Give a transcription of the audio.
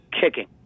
kicking